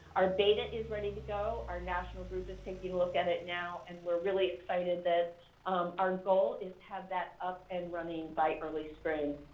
our data is ready to go, our national group is taking a look at it now, and we're really excited that our goal is to have that up and running by early spring.